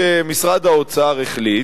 והוא שמשרד האוצר החליט,